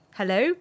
hello